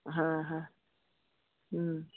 হ্যাঁ হ্যাঁ হুম